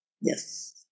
Yes